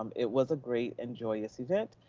um it was a great and joyous event,